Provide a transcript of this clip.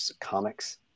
comics